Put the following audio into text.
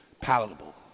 palatable